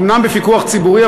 אומנם בפיקוח ציבורי,